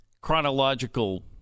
chronological